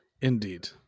Indeed